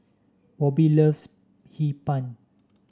Bobbi loves Hee Pan